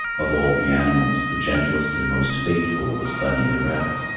of all the animals, the gentlest and most faithful was bunny the rabbit.